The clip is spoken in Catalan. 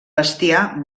bestiar